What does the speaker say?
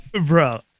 bro